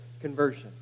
conversion